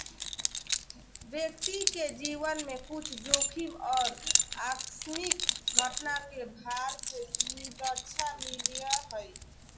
व्यक्ति के जीवन में कुछ जोखिम और आकस्मिक घटना के भार से सुरक्षा मिलय हइ